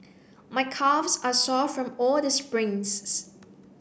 my calves are sore from all the sprints